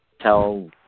tell